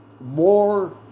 more